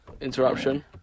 interruption